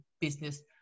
business